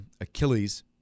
Achilles